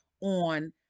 on